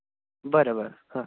बरें बरें हय बाय